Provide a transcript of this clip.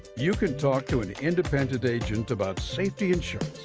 you can talk to an independent agent about safety insurance.